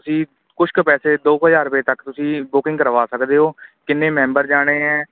ਤੁਸੀਂ ਕੁਛ ਕੁ ਪੈਸੇ ਦੋ ਕ ਹਜ਼ਾਰ ਰੁਪਏ ਤੱਕ ਤੁਸੀਂ ਬੁਕਿੰਗ ਕਰਵਾ ਸਕਦੇ ਹੋ ਕਿੰਨੇ ਮੈਂਬਰ ਜਾਣੇ ਹੈ